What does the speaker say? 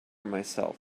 myself